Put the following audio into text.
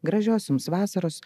gražios jums vasaros